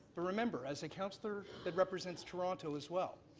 ah remember, as a counselor that represents toronto as well,